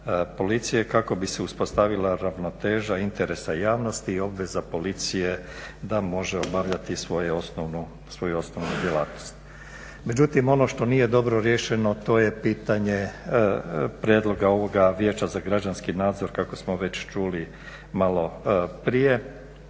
policije kako bi se uspostavila ravnoteža interesa javnosti i obveza policije da može obavljati svoju osnovnu djelatnost. Međutim, ono što nije dobro riješeno to je pitanje prijedloga ovoga Vijeća za građanski nadzor kako smo već čuli maloprije.